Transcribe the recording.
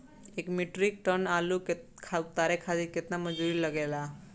एक metric tonne आलू उतारे खातिर केतना मजदूरी लागेला?